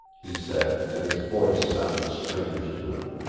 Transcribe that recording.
he said, and his voice sounded strange to him.